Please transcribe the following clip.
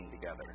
together